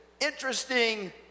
interesting